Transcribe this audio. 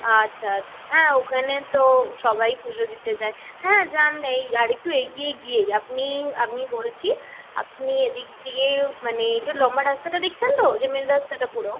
আচ্ছা হ্যাঁ ওখানে তো সবাই পুজো দিতে যায় হ্যাঁ যান না এই আরেকটু এগিয়ে গিয়েই আপনি আমি বলেছি আপনি এদিক দিয়ে মানে এই যো লম্বা রাস্তাটা দেখছেন তো যে মেন রাস্তাটা পুরো